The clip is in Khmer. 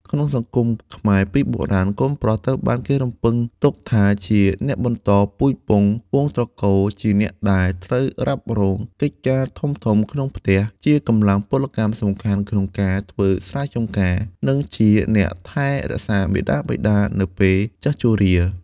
ក្នុងសង្គមខ្មែរពីបុរាណ កូនប្រុសត្រូវបានគេរំពឹងទុកថាជាអ្នកបន្តពូជពង្សវង្សត្រកូល ជាអ្នកដែលត្រូវរ៉ាប់រងកិច្ចការធំៗក្នុងផ្ទះ ជាកម្លាំងពលកម្មសំខាន់ក្នុងការធ្វើស្រែចំការ និងជាអ្នកថែរក្សាមាតាបិតានៅពេលចាស់ជរា។